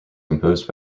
composed